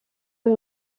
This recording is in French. eux